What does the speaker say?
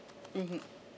mmhmm